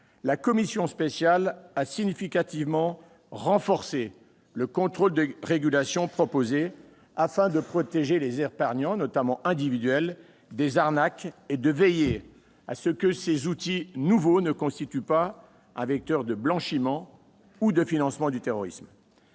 la commission spéciale a significativement renforcé le cadre de régulation proposé afin de protéger les épargnants, notamment individuels, des « arnaques » et de veiller à ce que ces nouveaux outils ne constituent pas un vecteur de blanchiment ou de financement du terrorisme.